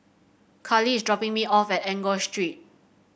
Carli is dropping me off at Enggor Street